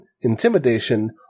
intimidation